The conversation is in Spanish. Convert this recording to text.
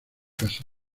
casa